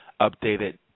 updated